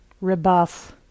rebuff